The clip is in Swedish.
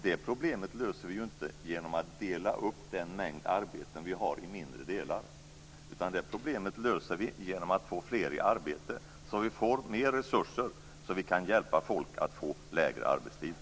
Det problemet löser vi inte genom att dela upp den mängd arbete vi har i mindre delar, utan det löser vi genom att få fler i arbete. Då får vi mer resurser så att vi kan hjälpa folk att få kortare arbetstider.